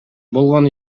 болгон